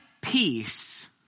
peace